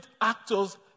actors